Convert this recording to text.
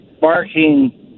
barking